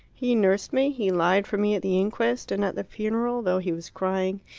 he nursed me, he lied for me at the inquest, and at the funeral, though he was crying,